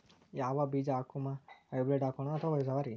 ಯಾವ ಬೀಜ ಹಾಕುಮ, ಹೈಬ್ರಿಡ್ ಹಾಕೋಣ ಅಥವಾ ಜವಾರಿ?